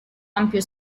ampio